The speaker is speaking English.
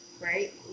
right